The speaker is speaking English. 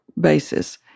basis